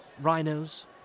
Rhinos